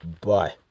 Bye